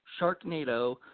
Sharknado